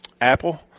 Apple